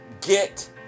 Get